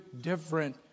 different